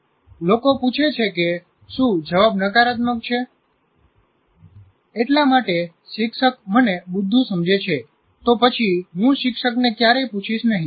લોકો પૂછે છે કે શું જવાબ નકારાત્મક છે એટલા માટે શિક્ષક મને બુદ્ધુ સમજે છે તો પછી હું શિક્ષકને કયારેય પૂછીશ નહીં